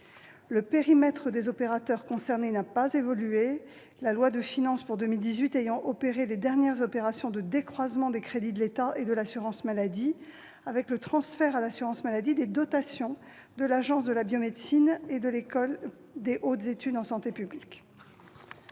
Le périmètre des opérateurs concernés n'a pas évolué, la loi de finances de 2018 ayant mis en oeuvre les dernières opérations de décroisement des crédits de l'État et de l'assurance maladie, avec le transfert à l'assurance maladie des dotations de l'Agence de la biomédecine et de l'École des hautes études en santé publique.